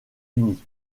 unis